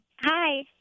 Hi